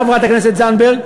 חברת הכנסת זנדברג,